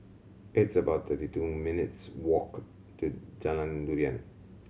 it's about thirty two minutes walk to Jalan Durian